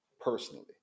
personally